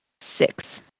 Six